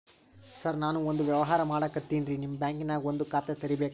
ಸರ ನಾನು ಒಂದು ವ್ಯವಹಾರ ಮಾಡಕತಿನ್ರಿ, ನಿಮ್ ಬ್ಯಾಂಕನಗ ಒಂದು ಖಾತ ತೆರಿಬೇಕ್ರಿ?